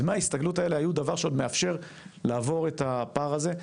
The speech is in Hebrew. דמי ההסתגלות האלה היו דבר שעוד מאפשר לעבור את הפער הזה,